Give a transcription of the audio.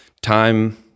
time